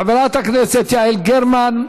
חברת הכנסת יעל גרמן,